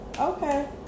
Okay